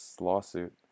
lawsuit